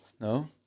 No